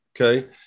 okay